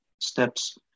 steps